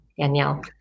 Danielle